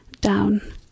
down